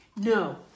No